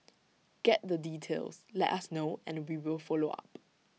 get the details let us know and we will follow up